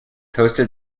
hosted